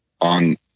on